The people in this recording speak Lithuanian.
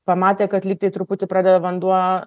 pamatė kad lygtai truputį pradeda vanduo